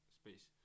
space